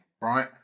right